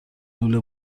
لوله